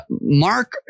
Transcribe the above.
Mark